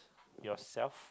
yourself